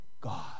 God